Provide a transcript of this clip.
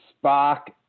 spark